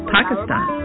Pakistan